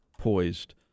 poised